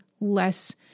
less